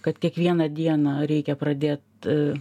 kad kiekvieną dieną reikia pradėt